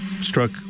struck